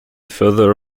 further